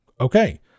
Okay